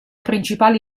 principali